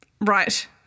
Right